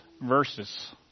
verses